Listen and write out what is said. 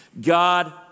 God